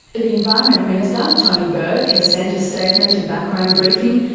the environment minister, tony burke, has sent a statement to background briefing,